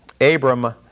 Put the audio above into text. Abram